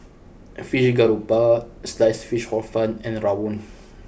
Fried Garoupa Sliced Fish Hor Fun and Rawon